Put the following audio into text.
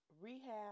rehab